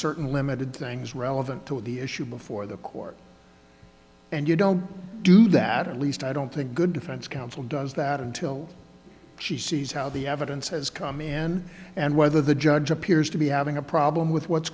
certain limited things relevant to the issue before the court and you don't do that at least i don't think good defense counsel does that until she sees how the evidence has come in and whether the judge appears to be having a problem with what's